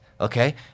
Okay